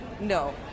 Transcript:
No